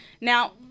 Now